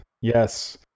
yes